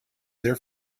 their